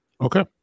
Okay